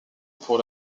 pour